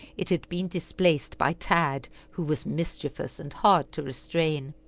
it had been displaced by tad, who was mischievous, and hard to restrain.